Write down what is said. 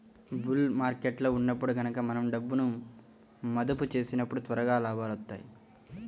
bull మార్కెట్టులో ఉన్నప్పుడు గనక మనం డబ్బును మదుపు చేసినప్పుడు త్వరగా లాభాలొత్తాయి